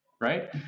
right